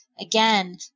Again